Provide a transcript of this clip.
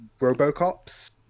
robocops